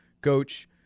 coach